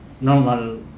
normal